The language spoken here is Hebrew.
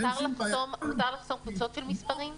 מותר לחסום קבוצות של מספרים?